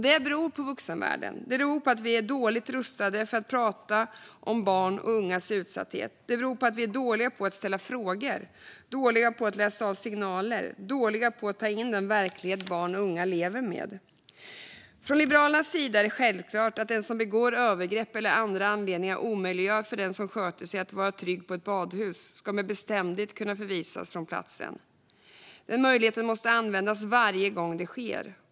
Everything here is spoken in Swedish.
Det beror på vuxenvärlden. Det beror på att vi är dåligt rustade för att prata om barns och ungas utsatthet. Det beror på att vi är dåliga på att ställa frågor, dåliga på att läsa av signaler och dåliga på att ta in den verklighet som barn och unga lever med. Från Liberalernas sida är det självklart att den som begår övergrepp eller av andra anledningar omöjliggör för den som sköter sig att vara trygg på ett badhus med bestämdhet ska kunna förvisas från platsen. Denna möjlighet måste användas varje gång det sker.